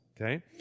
Okay